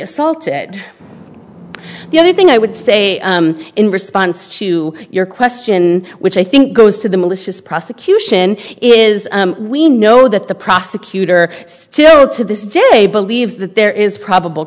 assaulted the only thing i would say in response to your question which i think goes to the malicious prosecution is we know that the prosecutor still to this day believes that there is probable